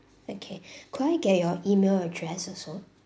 okay could I get your email address also